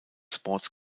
sports